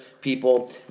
people